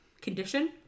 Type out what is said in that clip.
condition